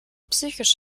psychisch